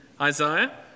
Isaiah